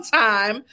time